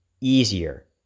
easier